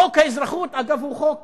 חוק האזרחות, אגב, הוא חוק